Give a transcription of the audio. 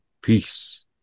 peace